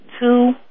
two